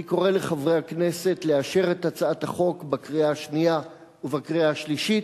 אני קורא לחברי הכנסת לאשר את הצעת החוק בקריאה השנייה ובקריאה השלישית.